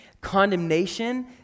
Condemnation